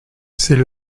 c’est